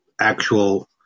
actual